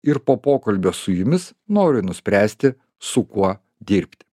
ir po pokalbio su jumis noriu nuspręsti su kuo dirbti